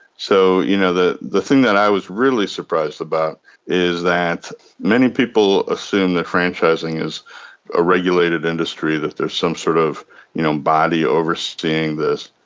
so you know the the thing that i was really surprised about is that many people assume that franchising is a regulated industry, that there's some sort of you know body overseeing this,